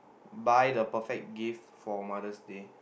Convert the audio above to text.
buy the perfect gift for Mother's Day